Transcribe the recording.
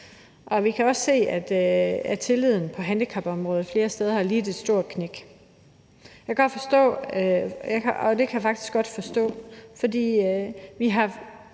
Vi kan også se, at tilliden på handicapområdet flere steder har lidt et stort knæk, og det kan jeg faktisk godt forstå, for vi har